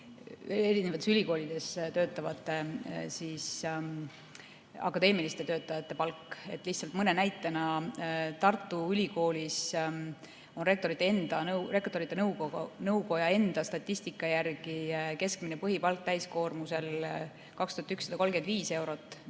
erinevates ülikoolides töötavate akadeemiliste töötajate palk. Lihtsalt mõni näide: Tartu Ülikoolis on rektorite nõukoja enda statistika järgi keskmine põhipalk täiskoormusel 2135 eurot.